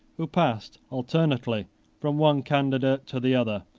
who passed alternately from one candidate to the other,